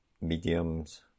mediums